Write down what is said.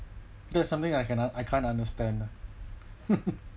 that's something I cannot I can't understand ah